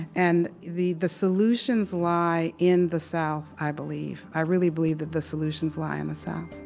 and the the solutions lie in the south, i believe. i really believe that the solutions lie in the south